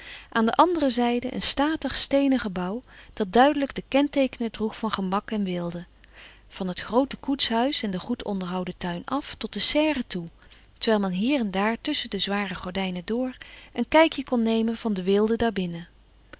aan de andere zijde een statig steenen gebouw dat duidelijk de kenteekenen droeg van gemak en weelde van het groote koetshuis en den goed onderhouden tuin af tot de serre toe terwijl men hier en daar tusschen de zware gordijnen door een kijkje kon nemen van de weelde